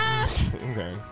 Okay